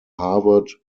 harvard